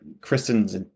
Kristen's